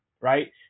right